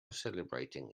celebrating